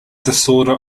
disorder